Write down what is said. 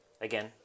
again